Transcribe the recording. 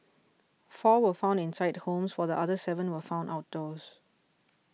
four were found inside homes while the other seven were found outdoors